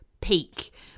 peak